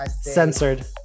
censored